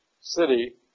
city